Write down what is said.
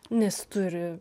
nes turi